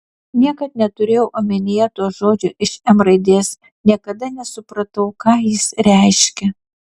niekad neturėjau omenyje to žodžio iš m raidės niekada nesupratau ką jis reiškia